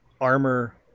armor